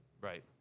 Right